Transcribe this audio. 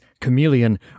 chameleon